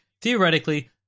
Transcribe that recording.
theoretically